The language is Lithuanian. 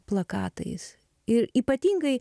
plakatais ir ypatingai